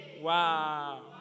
Wow